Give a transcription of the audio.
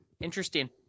Interesting